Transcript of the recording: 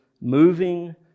moving